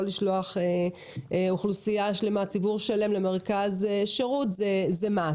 לשלוח אוכלוסייה ציבור שלם למרכז שירות זה חובה.